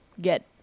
get